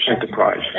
Enterprise